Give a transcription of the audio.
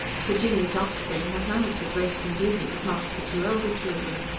for jinny's offspring had none of the grace and beauty that marked the two elder children.